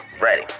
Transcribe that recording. ready